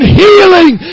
healing